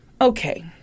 okay